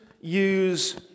use